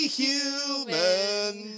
human